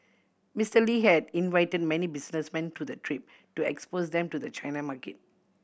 Mister Lee had invited many businessmen to the trip to expose them to the China market